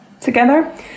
together